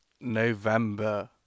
November